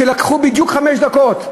שלוקחים בדיוק חמש דקות.